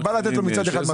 אתה בא לתת לו מצד אחד מתנה,